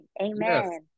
Amen